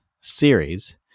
series